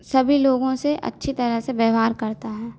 सभी लोगों से अच्छी तरह से व्यवहार करता है